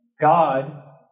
God